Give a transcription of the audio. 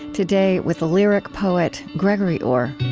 today, with lyric poet gregory orr